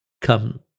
come